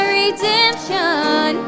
redemption